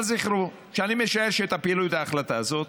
אבל זכרו: אני משער שתפילו את ההחלטה הזאת,